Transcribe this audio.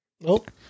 Nope